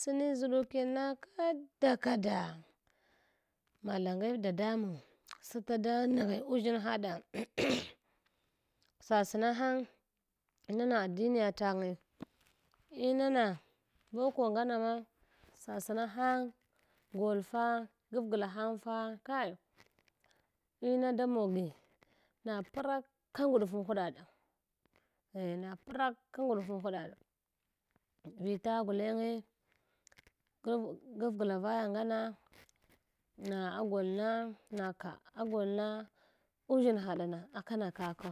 sai ʒduki na kada kada mudangib dadamang sapta da nghi uzinhaɗa sasna hang inana adiniya tange inana boko ngama ma sasna hang golfa gafgla hangfa kai ina da mogi na praka nguɗfunhuɗa ɗa eh na praka nguɗuʒunhuɗaɗa vita gole geh gaf gafgla vaya ngama na agolna na ka agol na uʒshinha ɗama akan kako.